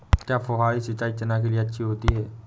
क्या फुहारी सिंचाई चना के लिए अच्छी होती है?